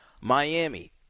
Miami